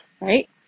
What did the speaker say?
right